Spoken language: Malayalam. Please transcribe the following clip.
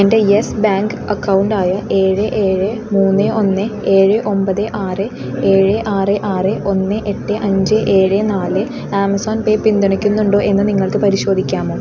എൻ്റെ യെസ് ബാങ്ക് അക്കൗണ്ട് ആയ ഏഴ് ഏഴ് മൂന്ന് ഒന്ന് ഏഴ് ഒമ്പത് ആറ് ഏഴ് ആറ് ആറ് ഒന്ന് എട്ട് അഞ്ച് ഏഴ് നാല് ആമസോൺ പേ പിന്തുണയ്ക്കുന്നുണ്ടോ എന്ന് നിങ്ങൾക്ക് പരിശോധിക്കാമോ